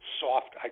soft